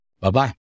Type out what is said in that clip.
Bye-bye